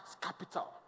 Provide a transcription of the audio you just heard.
capital